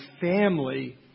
family